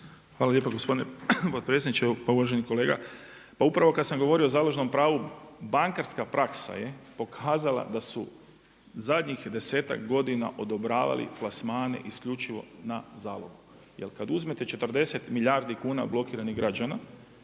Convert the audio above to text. Hvala lijepa gospodine potpredsjedniče. Pa uvaženi kolega, pa upravo kada sam govorio o založnom pravu, bankarska praksa je pokazala da su zadnjih desetak godina odobravali plasmane isključivo na zalogu jel kada uzmete 40 milijardi kuna blokiranih građana,